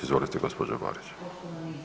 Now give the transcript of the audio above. Izvolite gospođo Borić.